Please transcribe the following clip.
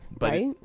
Right